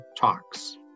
Talks